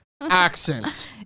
accent